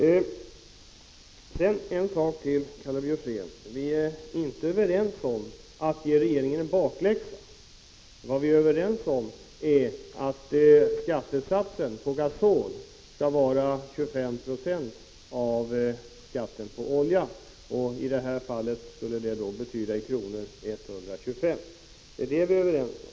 Sedan en annan sak, Karl Björzén: Vi är inte överens om att ge regeringen en bakläxa. Vad vi är överens om är att skattesatsen på gasol skall vara 25 96 av skatten på olja. I det här fallet skulle det betyda 125 kr. Det är detta vi är överens om.